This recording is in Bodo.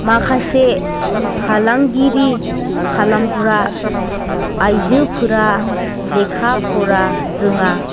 माखासे फालांगिरि खालामग्रा आइजोफोरा लेखा फरा रोङा